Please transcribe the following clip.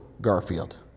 Garfield